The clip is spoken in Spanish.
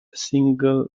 single